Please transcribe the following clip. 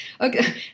Okay